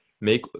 make